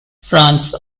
france